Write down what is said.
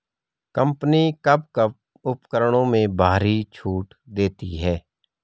Company कब कब उपकरणों में भारी छूट देती हैं?